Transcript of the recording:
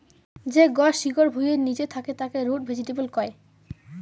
যে গছ শিকড় ভুঁইয়ের নিচে থাকে তাকে রুট ভেজিটেবল কয়